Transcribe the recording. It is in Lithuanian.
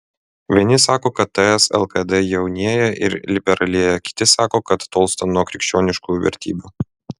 vieni sako kad ts lkd jaunėja ir liberalėja kiti sako kad tolsta nuo krikščioniškų vertybių